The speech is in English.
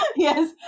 Yes